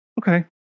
Okay